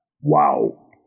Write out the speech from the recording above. Wow